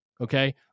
okay